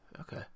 Okay